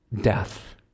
death